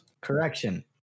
correction